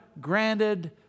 granted